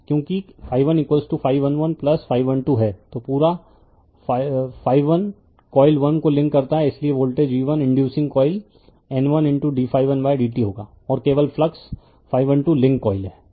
क्योंकि 12 हैं तो पूरा कॉइल 1 को लिंक करता हैं इसलिए voltage v1 inducing coil 1 N 1ddt होगा और केवल फ्लक्स 2 लिंक कॉइल हैं